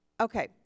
Okay